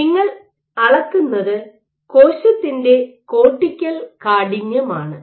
അതിനാൽ നിങ്ങൾ അളക്കുന്നത് കോശത്തിന്റെ കോർട്ടിക്കൽ കാഠിന്യമാണ്